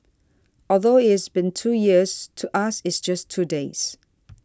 although it's been two years to us it's just two days